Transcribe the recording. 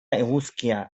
eguzkia